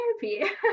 therapy